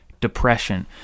depression